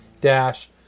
dash